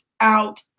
out